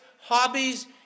hobbies